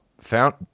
found